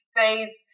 faith